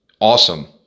awesome